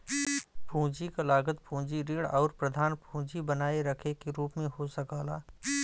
पूंजी क लागत पूंजी ऋण आउर प्रधान पूंजी बनाए रखे के रूप में हो सकला